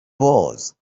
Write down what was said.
paused